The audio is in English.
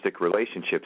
relationships